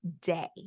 day